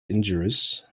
injurious